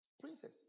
Princess